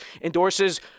endorses